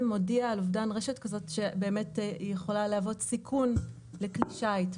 מודיע על אובדן רשת כזאת שבאמת יכולה להוות סיכון לכלי שיט.